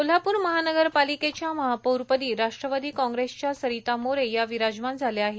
कोल्हापूर महानगरपालिकेच्या महापौर पदी राष्ट्रवादी काँग्रेसच्या सरिता मोरे या विराजमान झाल्या आहेत